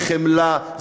זה חמלה,